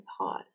pause